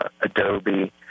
Adobe